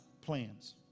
plans